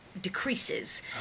decreases